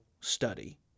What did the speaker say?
study